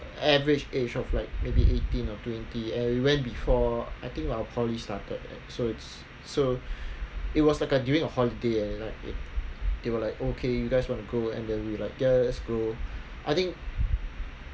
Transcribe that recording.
the average age of like maybe eighteen or twenty and we went before I think when our poly started so it's so it was a like uh during a holiday and you know they were like okay you guys want to go and then we like ya let's go I think